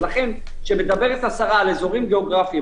ולכן כשמדברת השרה על אזורים גיאוגרפיים,